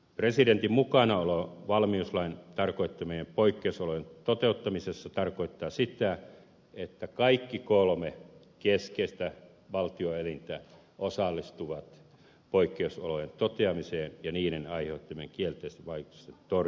presidentin mukanaolo valmiuslain tarkoittamien poikkeusolojen toteuttamisessa tarkoittaa sitä että kaikki kolme keskeistä valtioelintä osallistuvat poikkeusolojen toteamiseen ja niiden aiheuttamien kielteisten vaikutusten torjumiseen